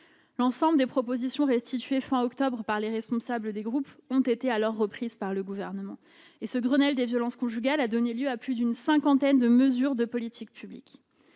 L'ensemble des propositions restituées fin octobre par les responsables des groupes ont été alors reprises par le Gouvernement. Ce Grenelle des violences conjugales a donné lieu à plus d'une cinquantaine de mesures de politiques publiques.